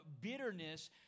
bitterness